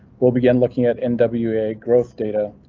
will begin looking at n w a growth data.